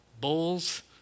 bowls